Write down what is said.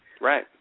right